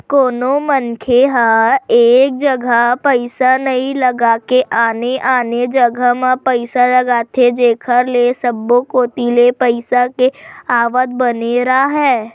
कोनो मनखे ह एक जघा पइसा नइ लगा के आने आने जघा म पइसा लगाथे जेखर ले सब्बो कोती ले पइसा के आवक बने राहय